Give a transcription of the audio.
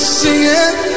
singing